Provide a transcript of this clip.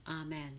Amen